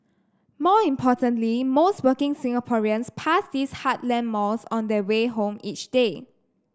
more importantly most working Singaporeans pass these heartland malls on their way home each day